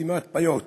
סתימת פיות.